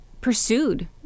pursued